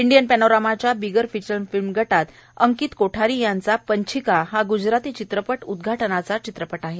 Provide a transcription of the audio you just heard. Indian पॅनोरामाच्या बिगर feature film गटात अंकित कोठारी यांचा पंछिका हा ग्जराती चित्रपट उद्घाटनाचा चित्रपट आहे